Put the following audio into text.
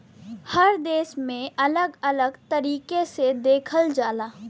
हर देश में अलग अलग तरीके से देखल जाला